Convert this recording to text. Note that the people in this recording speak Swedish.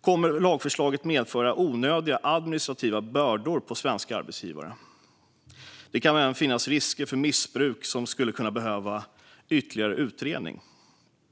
kommer lagförslaget att medföra onödiga administrativa bördor för svenska arbetsgivare. Det kan även finnas risker för missbruk som skulle kunna behöva ytterligare utredning.